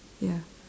ya